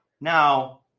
Now